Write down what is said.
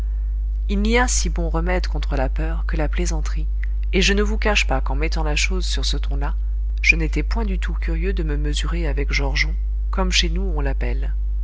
il n'y a si bon remède contre la peur que la plaisanterie et je ne vous cache pas qu'en mettant la chose sur ce ton là je n'étais point du tout curieux de me mesurer avec georgeon comme chez nous on l'appelle